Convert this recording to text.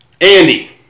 Andy